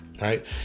right